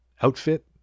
outfit